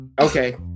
okay